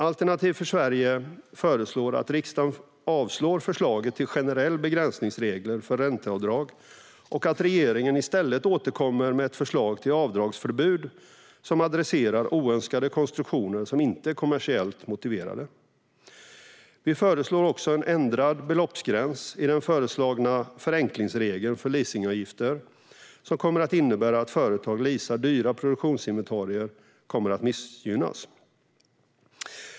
Alternativ för Sverige föreslår att riksdagen avslår förslaget till generell begränsningsregel för ränteavdrag och att regeringen i stället återkommer med ett förslag till avdragsförbud som adresserar oönskade konstruktioner som inte är kommersiellt motiverade. Vi föreslår också en ändrad beloppsgräns i den föreslagna förenklingsregeln för leasingavgifter, som kommer att innebära att företag som leasar dyra produktionsinventarier kommer att missgynnas.